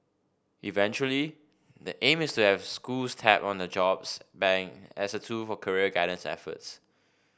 eventually the aim is to have schools tap on the jobs bank as a tool for career guidance efforts